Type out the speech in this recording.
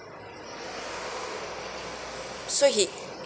so he